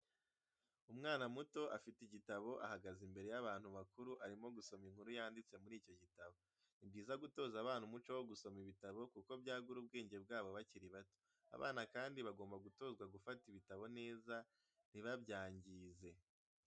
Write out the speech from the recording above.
Umwana muto afite igitabo ahagaze imbere y'abantu bakuru arimo gusoma inkuru yanditse muri icyo gitabo. Ni byiza gutoza abana umuco wo gusoma ibitabo kuko byagura ubwenge bwabo bakiri bato, abana kandi bagomba gutozwa gufata ibitabo neza ntibabyangize.